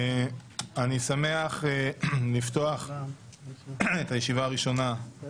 אני שמח לפתוח את הישיבה הראשונה של